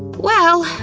well,